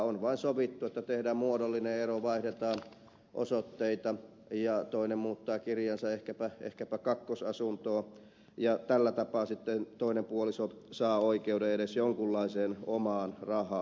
on vain sovittu että tehdään muodollinen ero vaihdetaan osoitteita ja toinen muuttaa kirjansa ehkäpä kakkosasuntoon ja tällä tapaa sitten toinen puoliso saa oikeuden edes jonkunlaiseen omaan rahaan